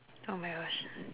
oh my rush